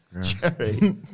Jerry